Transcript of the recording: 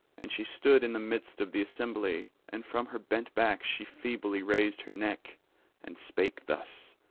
and she stood in the midst of the assembly and from her bent back she feebly raised her neck and spake thus